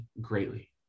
greatly